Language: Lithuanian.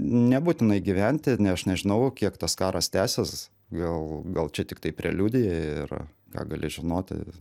nebūtinai gyventi ne aš nežinau kiek tas karas tęsis gal gal čia tiktai preliudija ir ką gali žinoti